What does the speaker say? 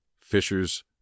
Fisher's